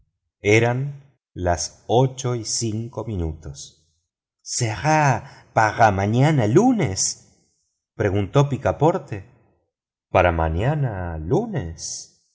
eran las ocho y cinco minutos será para mañana lunes preguntó picaporte para mañana lunes